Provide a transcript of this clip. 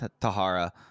Tahara